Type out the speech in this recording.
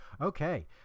okay